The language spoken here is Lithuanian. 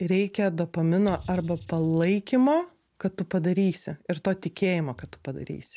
reikia dopamino arba palaikymo kad tu padarysi ir to tikėjimo kad tu padarysi